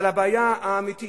אבל הבעיה האמיתית,